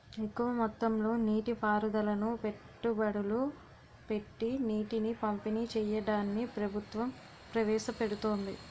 ఎక్కువ మొత్తంలో నీటి పారుదలను పెట్టుబడులు పెట్టీ నీటిని పంపిణీ చెయ్యడాన్ని ప్రభుత్వం ప్రవేశపెడుతోంది